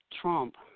Trump